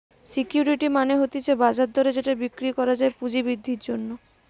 security মানে হতিছে বাজার দরে যেটা বিক্রি করা যায় পুঁজি বৃদ্ধির জন্যে